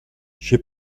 j’ai